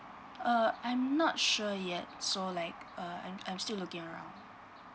err I'm not sure yet so like err I'm I'm still looking around